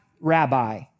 rabbi